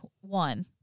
one